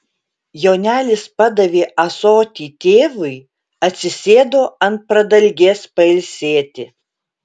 jonelis padavė ąsotį tėvui atsisėdo ant pradalgės pailsėti